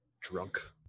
drunk